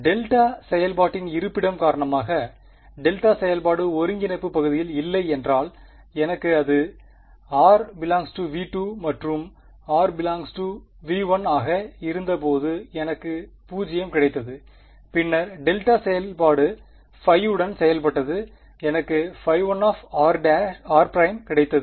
delta செயல்பாட்டின் இருப்பிடம் காரணமாக டெல்டா செயல்பாடு ஒருங்கிணைப்பு பகுதியில் இல்லை என்றால் எனக்கு இது r′∈V2 சரி மற்றும் r′∈V1 ஆக இருந்த பொது எனக்கு 0 கிடைத்தது பின்னர் டெல்டா செயல்பாடு 1 உடன் செயல்பட்டது எனக்கு 1r′ கிடைத்தது